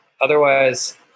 otherwise